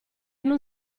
non